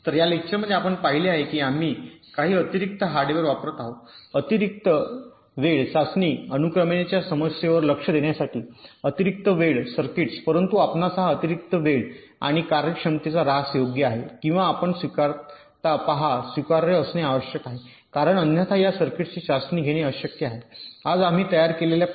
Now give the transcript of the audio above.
तर या लेक्चरमध्ये आपण पाहिले आहे की आम्ही काही अतिरिक्त हार्डवेअर वापरत आहोत अतिरिक्त वेळ चाचणी अनुक्रमेच्या समस्येवर लक्ष देण्यासाठी अतिरिक्त वेळ सर्किट्स परंतु आपणास हा अतिरिक्त वेळ आणि कार्यक्षमतेचा र्हास योग्य आहे किंवा आपण स्वीकारता पहा स्वीकार्य असणे आवश्यक आहे कारण अन्यथा या सर्किट्सची चाचणी घेणे अशक्य आहे आज आम्ही तयार केलेला प्रकार